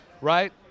right